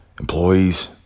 employees